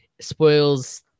spoils